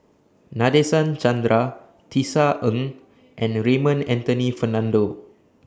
Nadasen Chandra Tisa Ng and Raymond Anthony Fernando